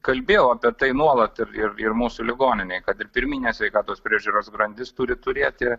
kalbėjau apie tai nuolat ir ir ir mūsų ligoninėj kad ir pirminės sveikatos priežiūros grandis turi turėti